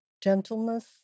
gentleness